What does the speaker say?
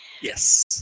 Yes